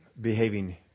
behaving